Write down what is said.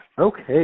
Okay